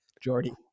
Jordy